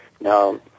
Now